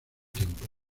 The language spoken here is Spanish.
tiempo